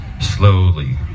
slowly